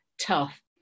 tough